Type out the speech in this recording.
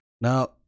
now